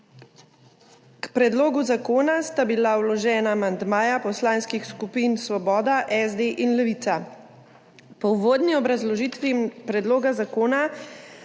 K predlogu zakona sta bila vložena amandmaja poslanskih skupin Svoboda SD in Levica. Po uvodni obrazložitvi predloga zakona,